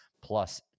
plus